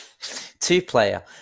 two-player